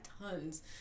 tons